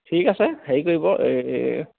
ঠিক আছে হেৰি কৰিব এই